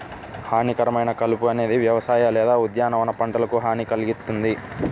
హానికరమైన కలుపు అనేది వ్యవసాయ లేదా ఉద్యానవన పంటలకు హాని కల్గిస్తుంది